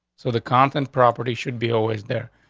so the content property should be always there,